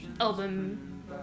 album